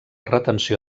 retenció